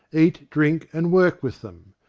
eat, drink, and work with them.